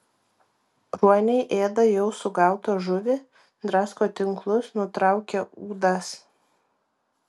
ruoniai ėda jau sugautą žuvį drasko tinklus nutraukia ūdas